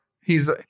He's-